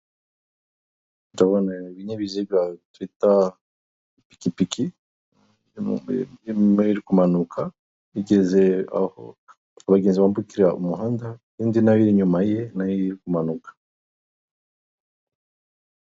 Ndabona ibinyabiziga twita ipikipiki irimo kumanuka bigeze aho abagenzi bambukira umuhanda indi nayo iri inyuma ye nayo iri kumanuka.